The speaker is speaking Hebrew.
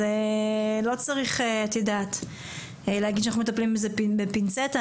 אז לא צריך להגיד שאנחנו מטפלים בזה בפינצטה.